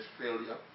failure